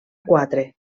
quatre